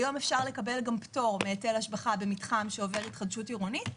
היום אפשר לקבל גם פטור מהיטל השבחה במתחם שעובר התחדשות עירונית,